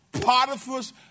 Potiphar's